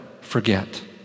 forget